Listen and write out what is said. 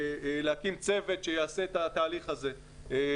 להקים צוות שיעשה את התהליך הזה,